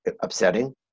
upsetting